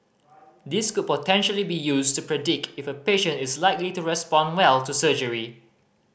this could potentially be used to predict if a patient is likely to respond well to surgery